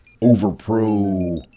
over-pro